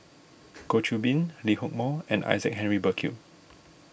Goh Qiu Bin Lee Hock Moh and Isaac Henry Burkill